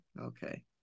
Okay